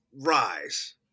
Rise